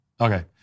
Okay